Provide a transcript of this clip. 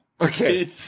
Okay